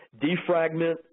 Defragment